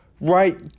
Right